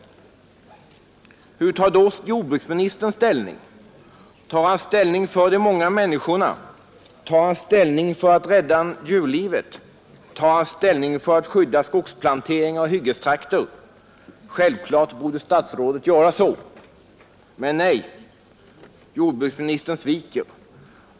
Hur tar då jordbruksministern ställning? Tar han ställning för de många människorna? Tar han ställning för att rädda djurlivet? Tar har ställning för att skydda skogsplanteringar och hyggestrakter? Självklart borde statsrådet göra så. Men nej. Jordbruksministern sviker.